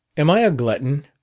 am i a glutton?